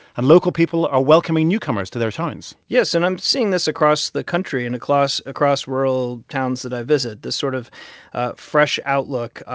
and local people are welcoming newcomers to their towns yes. and i'm seeing this across the country and across rural towns that i visit this sort of ah fresh outlook.